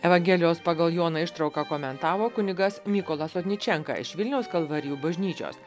evangelijos pagal joną ištrauką komentavo kunigas mykolas otničenka iš vilniaus kalvarijų bažnyčios